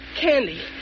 Candy